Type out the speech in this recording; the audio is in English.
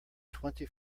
twenty